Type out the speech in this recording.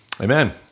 Amen